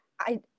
I-